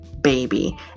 baby